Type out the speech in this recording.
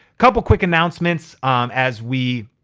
couple of quick announcements as we.